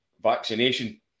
vaccination